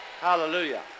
Hallelujah